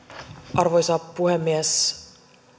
arvoisa puhemies